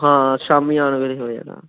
ਹਾਂ ਸ਼ਾਮੀ ਆਉਣ ਵੇਲੇ ਹੋਇਆ